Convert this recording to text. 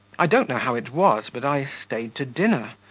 i don't know how it was, but i stayed to dinner,